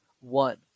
One